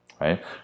right